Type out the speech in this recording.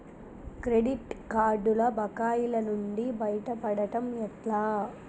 Credit కార్డుల బకాయిల నుండి బయటపడటం ఎట్లా?